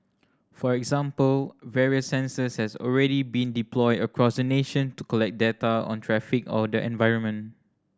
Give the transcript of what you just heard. for example various sensors has already been deployed across the nation to collect data on traffic or the environment